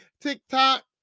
TikTok